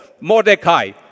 Mordecai